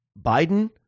Biden